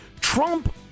Trump